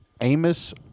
Amos